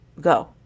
go